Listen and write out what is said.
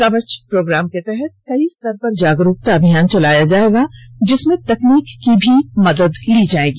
कवच प्रोग्राम के तहत कई स्तर पर जागरूकता अभियान चलाया जाएगा जिसमें तकनीक की भी मदद ली जाएगी